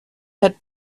had